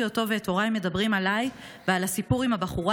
אותו ואת הוריי מדברים עליי ועל הסיפור עם הבחורה,